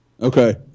Okay